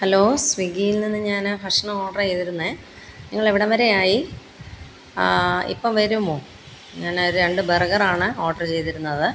hello സ്വിഗ്ഗിയിൽ നിന്ന് ഞാനാ ഭക്ഷണം ഓഡറെയ്തിരുന്നേ നിങ്ങളെവിടം വരെയായി ആ ഇപ്പോള് വരുമോ ഞാന് ഒരു രണ്ട് ബർഗറാണ് ഓഡര് ചെയ്തിരുന്നത്